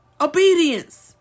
Obedience